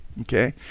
Okay